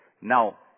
Now